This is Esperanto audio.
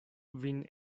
vin